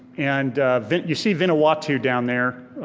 and you see vinawatu down there,